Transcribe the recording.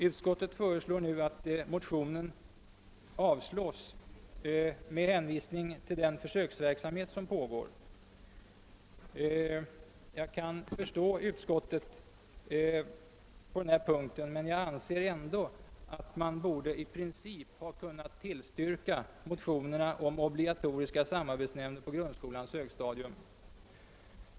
Utskottet föreslår nu att motionen avslås med hänvisning till den försöksverksamhet som pågår. Jag kan förstå utskottet på den punkten, men jag anser ändå att det borde ha i princip kunnat tillstyrka motionerna om obligatoriska samarbetsnämnder på grundskolans högstadium.